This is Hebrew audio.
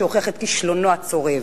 שהוכיח את כישלונו הצורב,